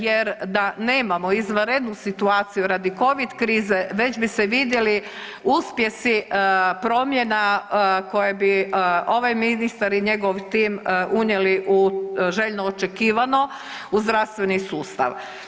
Jer da nemamo izvanrednu situaciju radi covid krize već bi se vidjeli uspjesi promjena koje bi ovaj ministar i njegov tim unijeli u željno očekivano u zdravstveni sustav.